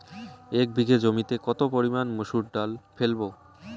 এক বিঘে জমিতে কত পরিমান মুসুর ডাল ফেলবো?